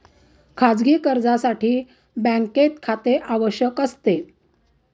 खाजगी कर्जासाठी बँकेत खाते आवश्यक असते